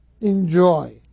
enjoy